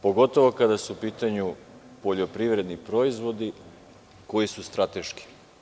Pogotovo kada su u pitanju poljoprivredni proizvodi koji su strateški.